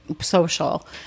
social